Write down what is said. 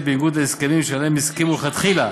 ובניגוד להסכמים שעליהם הסכימו מלכתחילה,